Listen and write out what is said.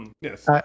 Yes